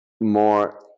more